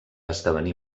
esdevenir